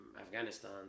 Afghanistan